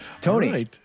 Tony